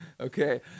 Okay